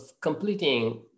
completing